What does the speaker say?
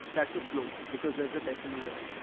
that's a float because there's a decimal there.